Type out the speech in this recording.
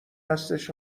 هستش